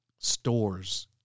stores